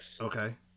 Okay